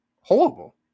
horrible